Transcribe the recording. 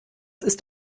ist